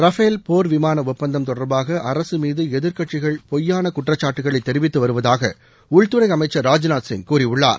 Rafale போர் விமான ஒப்பந்தம் தொடர்பாக அரசு மீது எதிர்க்கட்சிகள் பொய்யான குற்றச்சாட்டுகளை தெரிவித்து வருவதாக உள்துறை அமைச்சர் ராஜ்நாத் சிங் கூறியுள்ளார்